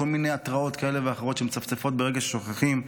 כל מיני התראות כאלה ואחרות שמצפצפות ברגע ששוכחים.